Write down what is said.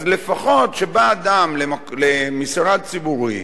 אז לפחות כשבא אדם למשרד ציבורי,